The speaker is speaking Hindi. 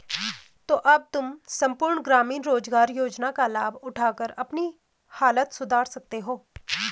तो अब तुम सम्पूर्ण ग्रामीण रोज़गार योजना का लाभ उठाकर अपनी हालत सुधार सकते हो